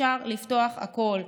אפשר לפתוח הכול.